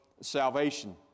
salvation